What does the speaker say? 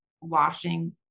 washing